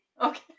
Okay